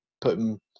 putting